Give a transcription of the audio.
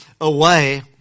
away